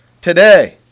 today